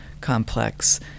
complex